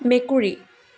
মেকুৰী